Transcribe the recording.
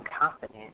confident